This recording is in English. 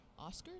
Oscars